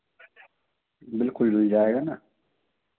बिल्कुल मिल जाएगा ना